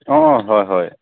অঁ হয় হয়